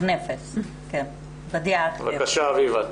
בבקשה, אביבה.